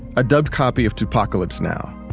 a dubbed copy of two pacalypse now.